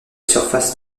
surface